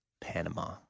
Panama